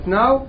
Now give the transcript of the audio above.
now